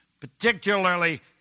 Particularly